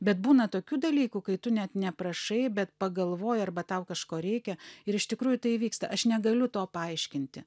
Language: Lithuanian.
bet būna tokių dalykų kai tu net neprašai bet pagalvoji arba tau kažko reikia ir iš tikrųjų tai įvyksta aš negaliu to paaiškinti